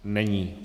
Není.